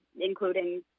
including